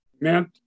meant